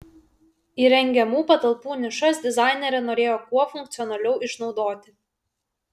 įrengiamų patalpų nišas dizainerė norėjo kuo funkcionaliau išnaudoti